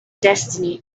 destiny